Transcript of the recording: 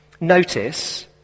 Notice